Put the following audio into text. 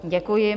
Děkuji.